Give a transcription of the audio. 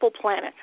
planet